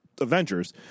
Avengers